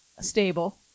stable